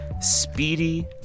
speedy